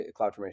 CloudFormation